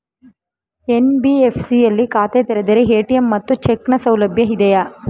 NBFC ಯಲ್ಲಿ ಖಾತೆ ತೆರೆದರೆ ಎ.ಟಿ.ಎಂ ಮತ್ತು ಚೆಕ್ ನ ಸೌಲಭ್ಯ ಇದೆಯಾ?